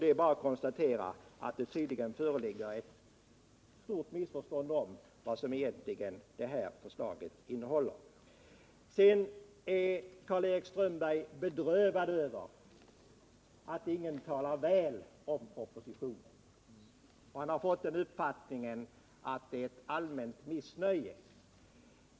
Det är bara att konstatera att det tydligen föreligger ett stort missförstånd om vårt förslags egentliga innebörd. Karl-Erik Strömberg är dessutom bedrövad över att ingen talar väl om propositionen, och han har fått den uppfattningen att det råder ett allmänt missnöje med den.